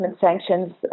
sanctions